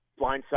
blindside